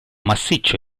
massiccio